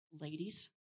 Ladies